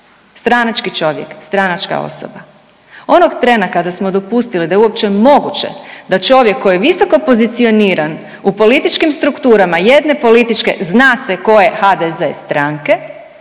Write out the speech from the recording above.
Stranački čovjek, stranačka osoba. Onog trena kad smo dopustili da je uopće moguće da čovjek koji je visoko pozicioniran u političkim strukturama jedne političke zna se koje HDZ stranke